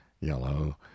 yellow